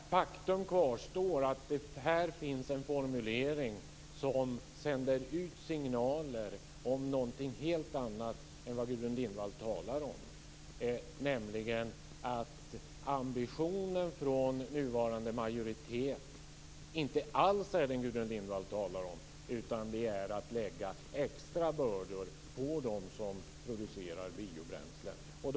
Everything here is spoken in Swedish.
Fru talman! Faktum kvarstår att det här finns en formulering som sänder ut signaler om något helt annat än vad Gudrun Lindvall talar om, nämligen att ambitionen från nuvarande majoritet inte alls är den Gudrun Lindvall talar om utan att det gäller att lägga extra bördor på dem som producerar biobränslen. Fru talman!